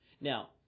Now